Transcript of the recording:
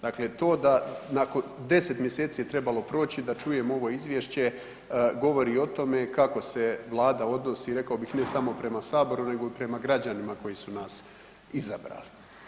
Dakle to da nakon 10 mj. je trebalo proći da čujemo ovo izvješće, govori o tome kako se Vlada odnosi rekao bih, ne samo prema Saboru nego i prema građanima koji su nas izabrali.